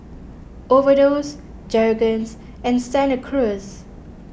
Overdose Jergens and Santa Cruz